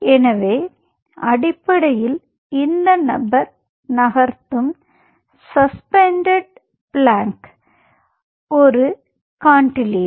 எனவே அடிப்படையில் இந்த நபர் நகர்த்தும் சஸ்பெண்டட் பிளாங்க் ஒரு கான்டிலீவர்